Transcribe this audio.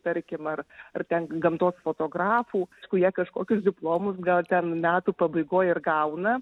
tarkim ar ar ten gamtos fotografų kurie kažkokius diplomus gal ten metų pabaigoj ir gauna